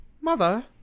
Mother